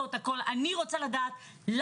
ולתת חילופין.